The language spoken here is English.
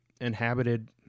inhabited